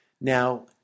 Now